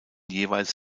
jeweils